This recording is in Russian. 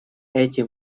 эти